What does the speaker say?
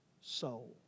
soul